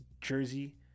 jersey